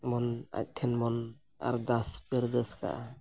ᱵᱚᱱ ᱟᱡ ᱴᱷᱮᱱ ᱵᱚᱱ ᱟᱨᱫᱟᱥ ᱯᱟᱹᱨᱫᱟᱥ ᱠᱟᱜᱼᱟ